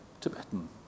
Tibetan